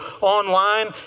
online